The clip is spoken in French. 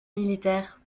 militaires